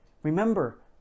Remember